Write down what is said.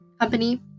company